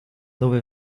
dove